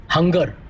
Hunger